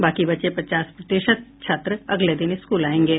बाकी बचे पचास प्रतिशत छात्र अगले दिन स्कूल आयेंगे